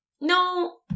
no